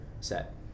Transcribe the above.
set